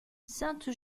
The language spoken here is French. sainte